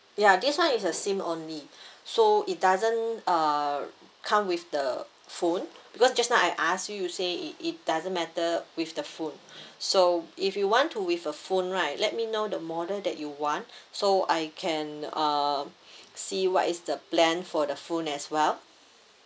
ya this [one] is a SIM only so it doesn't uh come with the phone because just now I ask you you say it it doesn't matter with the phone so if you want to with a phone right let me know the model that you want so I can um see what is the plan for the phone as well